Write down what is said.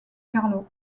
carlo